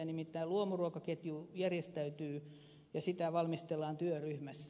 nimittäin luomuruokaketju järjestäytyy ja sitä valmistellaan työryhmässä